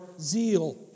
zeal